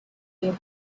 gave